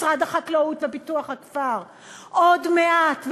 משרד החקלאות ופיתוח הכפר: עוד מעט,